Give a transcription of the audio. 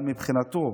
אבל מבחינתו,